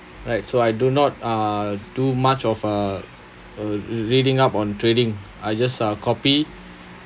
like so I do not uh do much of uh uh reading up on trading I just uh copy